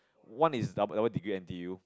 one is double degree N_T_U